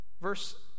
Verse